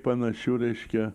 panašių reiškia